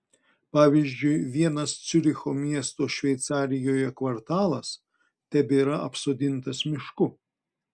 pavyzdžiui vienas ciuricho miesto šveicarijoje kvartalas tebėra apsodintas mišku